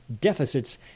deficits